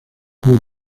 friend